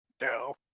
No